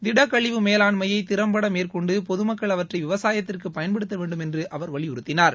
திடக்கழிவு மேலாண்மையை திறம்பட மேற்கொண்டு பொது மக்கள் அவற்றை விவசாயத்திற்கு பயன்படுத்த வேண்டும் என்று அவர் வலியுறுத்தினார்